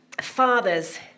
fathers